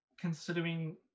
considering